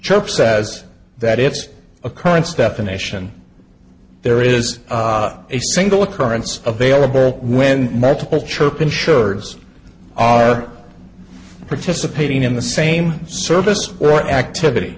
trump says that its occurrence definition there is a single occurrence available when multiple chirp insurers are participating in the same service or activity